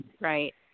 right